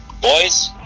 boys